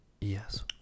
Yes